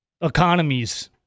economies